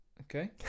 Okay